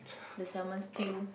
the salmon stew